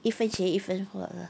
一分钱一分货